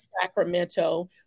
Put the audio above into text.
Sacramento